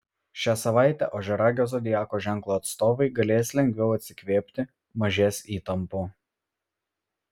šią savaitę ožiaragio zodiako ženklo atstovai galės lengviau atsikvėpti mažės įtampų